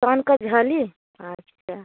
कान का झाली अच्छा